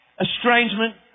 estrangement